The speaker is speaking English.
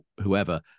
whoever